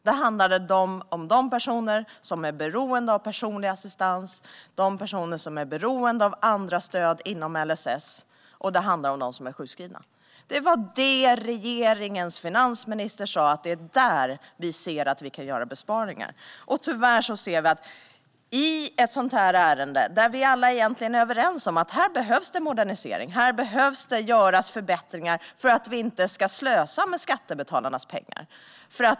Det handlade om personer som är beroende av personlig assistans och andra stöd inom LSS, och det handlade om de sjukskrivna. Det var där regeringens finansminister ansåg att regeringen kunde göra besparingar. Det här är ett ärende där vi alla egentligen är överens om att det behövs moderniseringar och förbättringar för att vi inte ska slösa med skattebetalarnas pengar.